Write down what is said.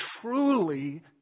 truly